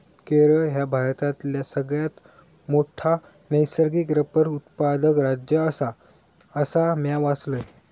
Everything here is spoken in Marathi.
केरळ ह्या भारतातला सगळ्यात मोठा नैसर्गिक रबर उत्पादक राज्य आसा, असा म्या वाचलंय